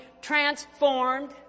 transformed